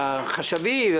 והחשבים.